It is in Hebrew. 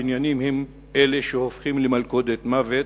הבניינים הם שהופכים למלכודת מוות.